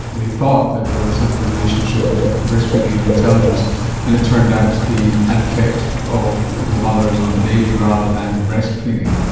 they thought that there was a relationship between breastfeeding and intelligence and it turned out to be an effect of the mothers on the baby rather than the breastfeeding.